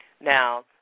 Now